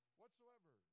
whatsoever